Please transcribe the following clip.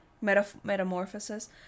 Metamorphosis